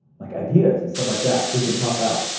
like ideas and stuff like that, we can toss out,